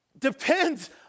depends